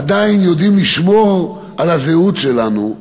עדיין יודעים לשמור על הזהות שלנו.